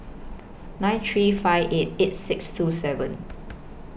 nine three five eight eight six two seven